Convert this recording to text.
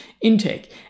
intake